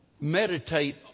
meditate